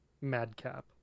madcap